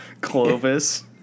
Clovis